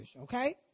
okay